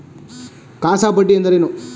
CASA ಬಡ್ಡಿ ಎಂದರೇನು?